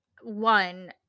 one